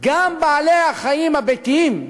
גם בבעלי-החיים הביתיים.